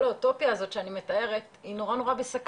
האוטופיה הזאת שאני מדברת היא נורא בסכנה,